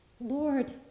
Lord